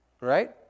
Right